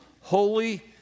holy